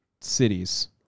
cities